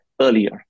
earlier